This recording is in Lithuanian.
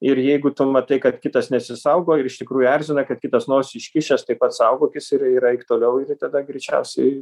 ir jeigu tu matai kad kitas nesisaugo ir iš tikrųjų erzina kad kitas nosį iškišęs taip pat saugokis ir ir eik toliau ir tada greičiausiai